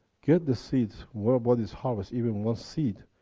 get the seeds, what what is harvest, even one seed,